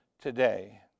today